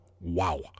Wow